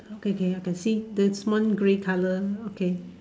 okay okay I can see this one grey colour okay